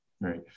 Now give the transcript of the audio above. Right